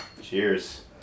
Cheers